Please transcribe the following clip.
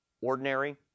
ordinary